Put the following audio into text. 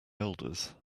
elders